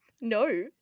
No